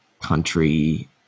country